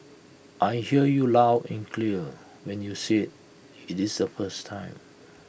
I hear you loud and clear when you said IT is the first time